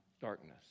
darkness